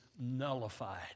nullified